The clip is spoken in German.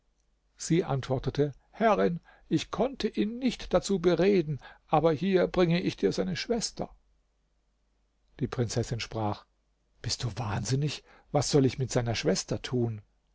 sie antwortete herrin ich konnte ihn nicht dazu bereden aber hier bringe ich dir seine schwester die prinzessin sprach bist du wahnsinnig was soll ich mit seiner schwester tun